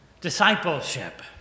discipleship